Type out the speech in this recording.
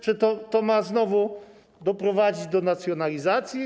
Czy to ma znowu doprowadzić do nacjonalizacji?